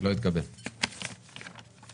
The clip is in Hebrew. לא מקובל עליי הדבר הזה,